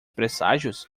presságios